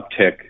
uptick